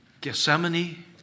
Gethsemane